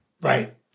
Right